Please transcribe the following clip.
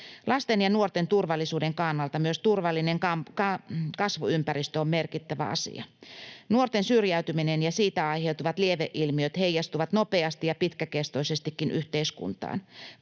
Lasten ja nuorten turvallisuuden kannalta myös turvallinen kasvuympäristö on merkittävä asia. Nuorten syrjäytyminen ja siitä aiheutuvat lieveilmiöt heijastuvat nopeasti ja pitkäkestoisestikin yhteiskuntaan.